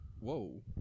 Whoa